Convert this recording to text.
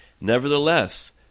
Nevertheless